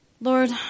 Lord